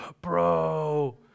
bro